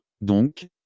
Donc